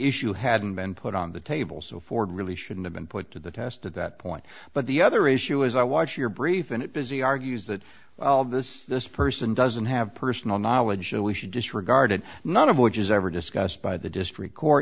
issue hadn't been put on the table so ford really shouldn't have been put to the test at that point but the other issue as i watch your brief and it busy argues that this this person doesn't have personal knowledge we should disregard it none of which is ever discussed by the dis